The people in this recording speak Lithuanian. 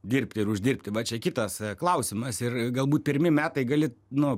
dirbti ir uždirbti va čia kitas klausimas ir galbūt pirmi metai gali nu